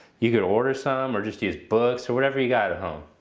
you could order some or just use books or whatever you got at home.